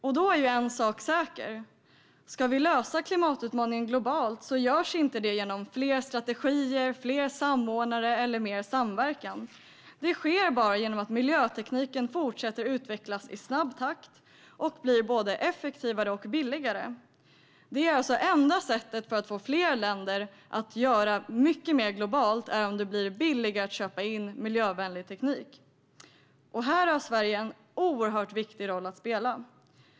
En sak är säker: Om vi ska lösa klimatutmaningen globalt görs det inte genom fler strategier, fler samordnare eller mer samverkan. Det sker bara genom att miljötekniken fortsätter att utvecklas i snabb takt och blir både effektivare och billigare. Det enda sättet att få fler länder att göra mycket mer globalt är om det blir billigare att köpa in miljövänlig teknik. Här har Sverige en oerhört viktig roll att spela.